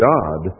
God